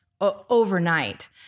overnight